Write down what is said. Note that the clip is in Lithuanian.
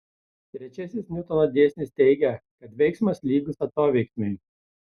trečiasis niutono dėsnis teigia kad veiksmas lygus atoveiksmiui